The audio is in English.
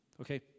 okay